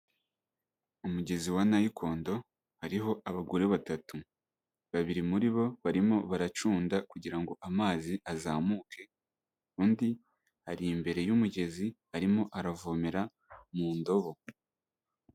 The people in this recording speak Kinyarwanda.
Umugezi wa Nayikondo, hariho abagore batatu, babiri muri bo, barimo baracunda kugira ngo amazi azamuke, undi ari imbere y'umugezi arimo aravomera mu ndobo.